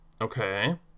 Okay